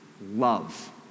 love